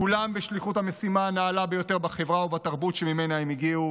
כולם בשליחות המשימה הנעלה ביותר בחברה ובתרבות שממנה הם הגיעו: